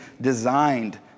designed